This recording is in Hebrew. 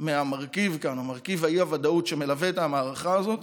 ממרכיב האי-ודאות שמלווה את המערכה הזאת